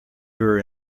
were